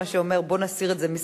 מה שאומר: בוא נסיר את זה מסדר-היום.